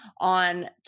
on